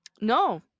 no